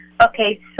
Okay